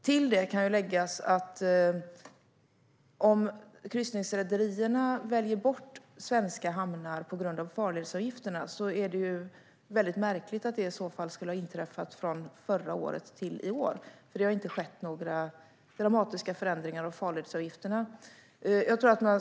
Om det skulle vara så att kryssningsrederierna väljer bort svenska hamnar på grund av farledsavgifterna vore det väldigt märkligt om denna förändring skulle ha inträffat från förra året till i år. Det har nämligen inte skett några dramatiska förändringar av farledsavgifterna.